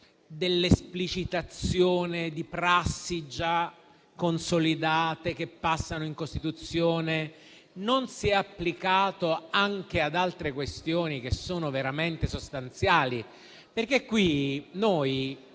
dell'esplicitazione di prassi già consolidate che passano in Costituzione non lo si è applicato anche ad altre questioni, che sono veramente sostanziali? Noi abbiamo